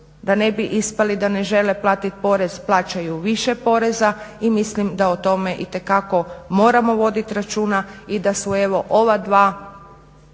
da ne bi ispali da ne žele platiti porez plaćaju više poreza i mislim da o tome itekako moramo voditi računa i da su evo ova